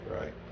right